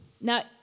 now